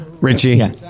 Richie